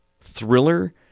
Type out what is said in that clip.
thriller